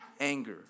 anger